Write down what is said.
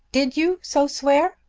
did you so swear?